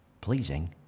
pleasing